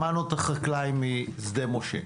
שמענו את החקלאי משדה משה.